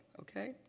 Okay